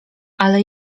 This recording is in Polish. ale